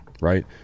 right